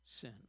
sin